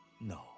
No